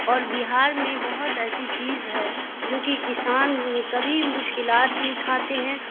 اور بہار میں بہت ایسی چیز ہے جوکہ کسان کبھی مشکلات بھی اٹھاتے ہیں